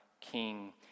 king